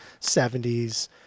70s